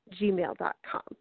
gmail.com